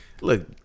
Look